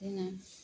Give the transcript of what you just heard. बिदिनो